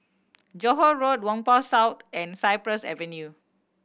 Johore Road Whampoa South and Cypress Avenue